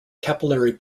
capillary